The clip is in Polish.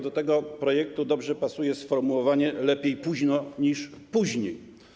Do tego projektu dobrze pasuje sformułowanie: lepiej późno niż później.